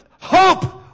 hope